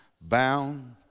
Bound